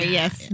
yes